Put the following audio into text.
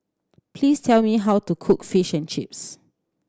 please tell me how to cook Fish and Chips